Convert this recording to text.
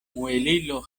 muelilo